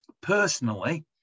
Personally